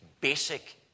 basic